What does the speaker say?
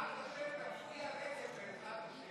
בעזרת השם נצביע נגד.